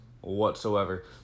whatsoever